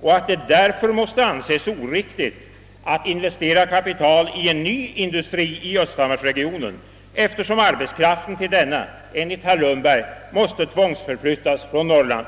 och att det därför måste anses oriktigt att investera kapital i en ny industri i. östhammarsregionen, eftersom arbetskraften till denna — enligt herr Lundberg — måste tvångsförflyttas från Norrland.